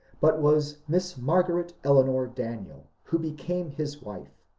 but was miss margaret eleanor daniel, who became his wife.